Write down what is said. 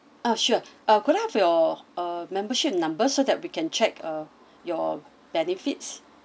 ah sure uh could I have your uh membership number so that we can check uh your benefits